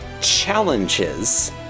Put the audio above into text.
challenges